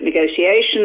negotiations